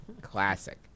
Classic